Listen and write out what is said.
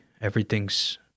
Everything's